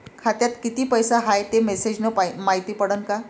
खात्यात किती पैसा हाय ते मेसेज न मायती पडन का?